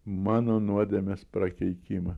mano nuodėmės prakeikimą